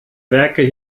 werke